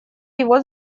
его